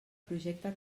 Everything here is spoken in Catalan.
projecte